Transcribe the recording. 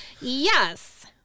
Yes